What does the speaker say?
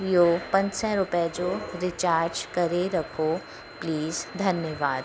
इहो पंज सौ रुपए जो रिचार्ज करे रखो प्लीज़ धन्यवादु